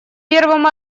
первым